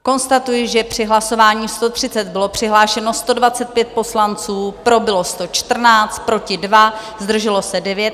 Konstatuji, že při hlasování číslo 130 bylo přihlášeno 125 poslanců, pro bylo 114, proti 2, zdrželo se 9.